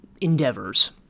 endeavors